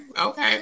Okay